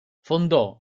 fondò